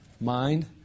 mind